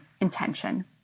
intention